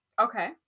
okay